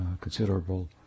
considerable